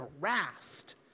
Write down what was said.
harassed